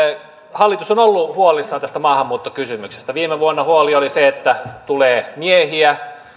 hallitus on ollut huolissaan tästä maahanmuuttokysymyksestä viime vuonna huoli oli se että tulee miehiä